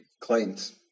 clients